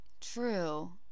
True